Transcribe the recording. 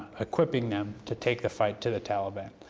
equipping them to take the fight to the taliban,